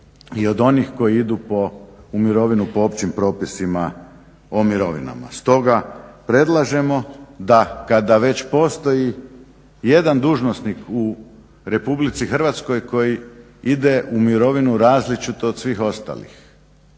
i od onih koji idu u mirovinu po općim propisima o mirovinama. Stoga predlažemo da kada već postoji jedan dužnosnik u Republici Hrvatskoj koji ide u mirovinu različito od svih ostalih